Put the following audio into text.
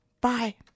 Bye